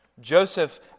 Joseph